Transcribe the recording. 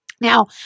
Now